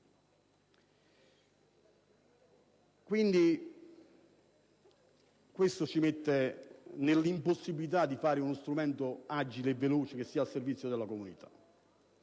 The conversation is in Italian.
Questo ci mette nell'impossibilità di fare uno strumento agile e veloce che sia al servizio della comunità.